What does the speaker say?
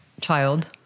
child